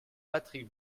patrick